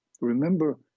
Remember